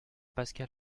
pascal